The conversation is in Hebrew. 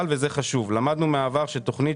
אבל וזה חשוב למדנו מהעבר שתוכנית